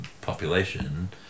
population